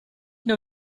nur